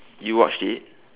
you watched it